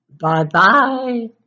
bye-bye